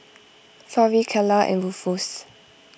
Florie Kylah and Rufus